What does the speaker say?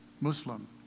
Muslim